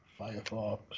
Firefox